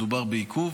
מדובר בעיכוב,